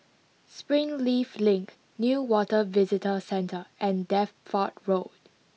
Springleaf Link Newater Visitor Centre and Deptford Road